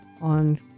on